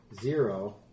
zero